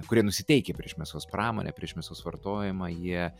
kurie nusiteikę prieš mėsos pramonę prieš mėsos vartojimą jie